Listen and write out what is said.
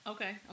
Okay